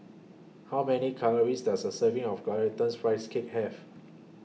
How Many Calories Does A Serving of Glutinous Rice Cake Have